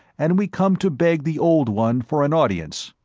and we come to beg the old one for an audience.